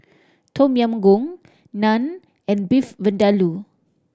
Tom Yam Goong Naan and Beef Vindaloo